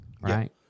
right